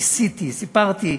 ניסיתי, סיפרתי,